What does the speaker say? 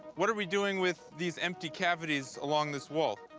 what are are we doing with these empty cavities along this wall?